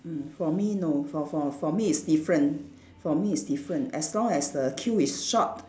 mm for me no for for for me it's different for me it's different as long as the queue is short